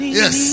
yes